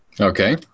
okay